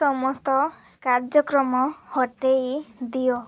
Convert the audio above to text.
ସମସ୍ତ କାର୍ଯ୍ୟକ୍ରମ ହଟାଇ ଦିଅ